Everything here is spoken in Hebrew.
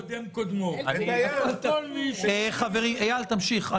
איל, תמשיך.